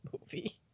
movie